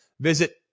visit